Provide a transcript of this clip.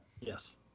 Yes